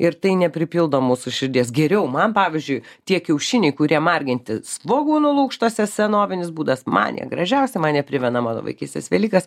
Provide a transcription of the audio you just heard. ir tai nepripildo mūsų širdies geriau man pavyzdžiui tie kiaušiniai kurie marginti svogūnų lukštuose senovinis būdas man jie gražiausi man jie primena mano vaikystės velykas